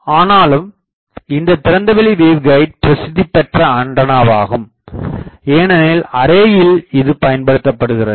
ஆனாலும் இந்த திறந்த வெளி வேவ்கைடு பிரசித்திபெற்ற ஆண்டனவாகும் ஏனெனில் அரேயில்இது பயன்படுத்தப்படுகிறது